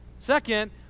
Second